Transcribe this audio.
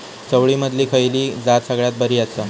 चवळीमधली खयली जात सगळ्यात बरी आसा?